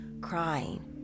crying